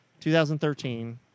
2013